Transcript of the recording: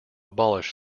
abolish